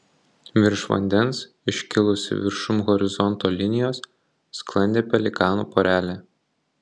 virš vandens iškilusi viršum horizonto linijos sklandė pelikanų porelė